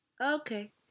Okay